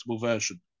version